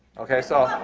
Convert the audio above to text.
ok, so a